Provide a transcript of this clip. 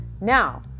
Now